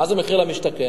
מה זה מחיר למשתכן?